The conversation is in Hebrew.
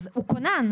אז הוא כונן,